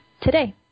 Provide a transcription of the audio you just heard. today